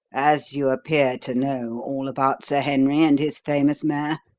as you appear to know all about sir henry and his famous mare,